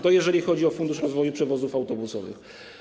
To jeżeli chodzi o Fundusz Rozwoju Przewozów Autobusowych.